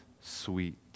sweet